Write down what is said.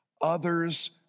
others